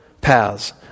paths